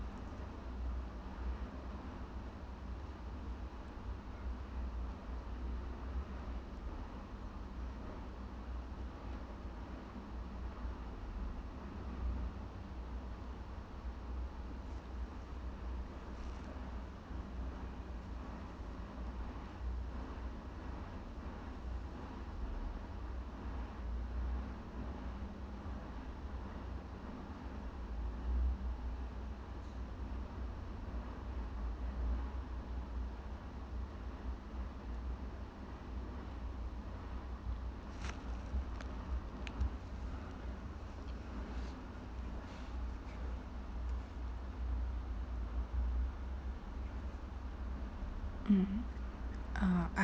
mm uh